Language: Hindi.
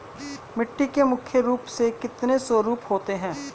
मिट्टी के मुख्य रूप से कितने स्वरूप होते हैं?